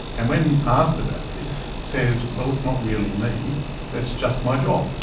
and when asked about this, says, well, it's not really me that's just my job.